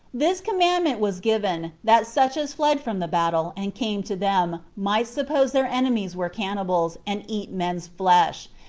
this commandment was given, that such as fled from the battle, and came to them, might suppose their enemies were cannibals, and eat men's flesh,